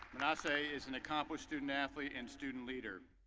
manasseh is an accomplished student athlete and student leader.